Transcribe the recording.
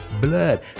blood